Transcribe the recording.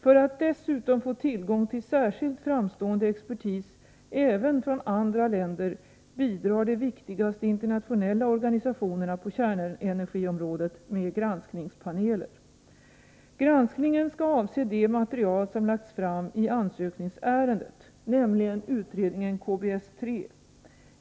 För att dessutom få tillgång till särskilt framstående expertis även från andra länder bidrar de viktigaste internationella organisationerna på kärnenergiområdet med granskningspaneler. Granskningen skall avse det material som lagts fram i ansökningsärendet, nämligen utredningen KBS-3.